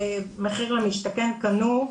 במחיר למשתכן קנו,